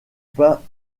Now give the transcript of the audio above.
pas